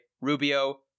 Rubio